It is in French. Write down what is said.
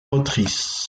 motrices